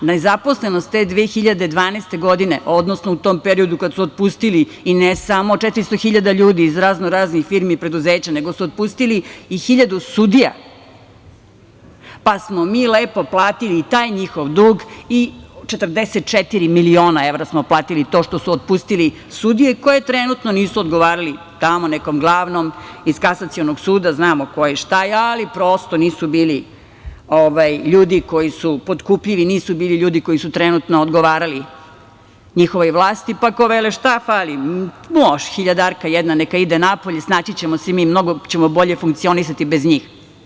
Nezaposlenost te 2012. godine, odnosno u tom periodu kada su otpustili i ne samo 400.000 ljudi iz raznoraznih firmi i preduzeća, nego su otpustili i 1.000 sudija, pa smo mi lepo platili i taj njihov dug i 44 miliona evra smo platili to što su otpustili sudije koje trenutno nisu odgovarali tamo nekom glavnom iz kasacionog suda, znamo ko je i šta je, ali prosto nisu bili ljudi koji su potkupljivi, nisu bili ljudi koji su trenutno odgovarali njihovoj vlasti, pa ko vele, šta fali, može, hiljadarka jedna neka ide napolje, snaći ćemo se mi, mnogo ćemo bolje funkcionisati bez njih.